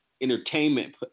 entertainment